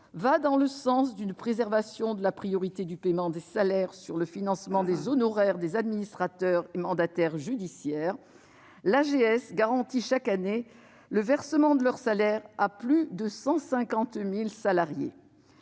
va dans le sens d'une préservation de la priorité du paiement des salaires sur le financement des honoraires des administrateurs et mandataires judiciaires. L'AGS garantit chaque année le versement de leur salaire à plus de 150 000 salariés.